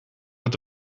het